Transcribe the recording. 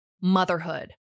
motherhood